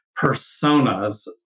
personas